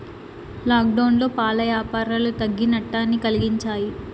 లాక్డౌన్లో పాల యాపారాలు తగ్గి నట్టాన్ని కలిగించాయి